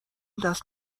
دست